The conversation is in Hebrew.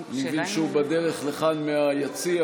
אני מבין שהוא בדרך לכאן מהיציע,